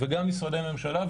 וגם משרדי הממשלה,